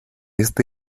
este